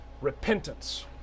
repentance